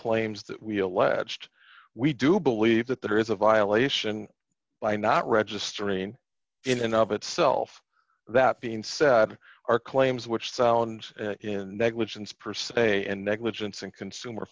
claims that we alleged we do believe that there is a violation by not registering in and of itself that being said our claims which sounds you know negligence pursue and negligence and consumer